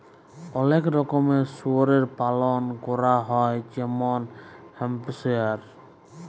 অলেক রকমের শুয়রের পালল ক্যরা হ্যয় যেমল হ্যাম্পশায়ার